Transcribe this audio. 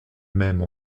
mêmes